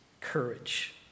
courage